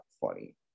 funny